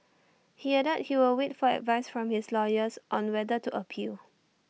he added he will wait for advice from his lawyers on whether to appeal